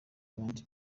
abandi